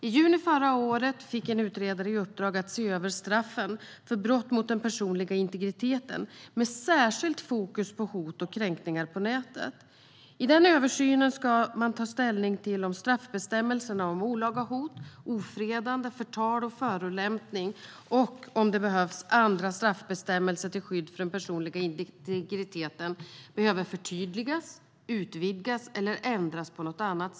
I juni förra året fick en utredare i uppdrag att se över straffen för brott mot den personliga integriteten, med särskilt fokus på hot och kränkningar på nätet. I översynen ska utredaren ta ställning till om straffbestämmelserna om olaga hot, ofredande, förtal och förolämpning samt, om det behövs, andra straffbestämmelser till skydd för den personliga integriteten behöver förtydligas, utvidgas eller på annat sätt ändras.